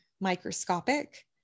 microscopic